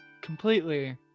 completely